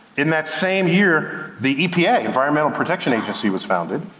in that same year, the epa, environmental protection agency was founded,